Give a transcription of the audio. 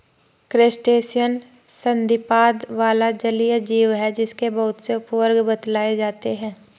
crustacean संधिपाद वाला जलीय जीव है जिसके बहुत से उपवर्ग बतलाए जाते हैं